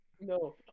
No